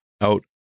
out